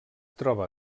troba